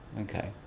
okay